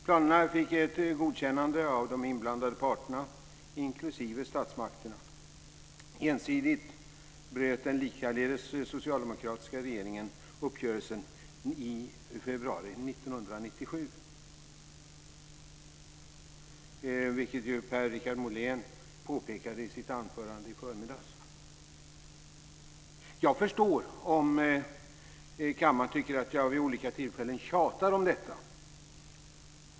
Planerna fick godkänt av de inblandade parterna, inklusive statsmakterna. Ensidigt bröt den likaledes socialdemokratiska regeringen uppgörelsen i februari 1997, något som Per-Richard Molén påpekade i sitt anförande i förmiddags. Jag förstår om kammaren tycker att jag vid olika tillfällen tjatar om detta.